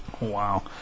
Wow